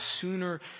sooner